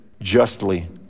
justly